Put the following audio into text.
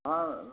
आ